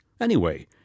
Anyway